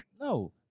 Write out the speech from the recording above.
No